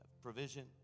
provision